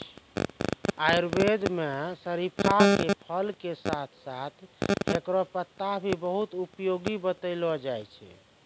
आयुर्वेद मं शरीफा के फल के साथं साथं हेकरो पत्ता भी बहुत उपयोगी बतैलो जाय छै